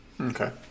Okay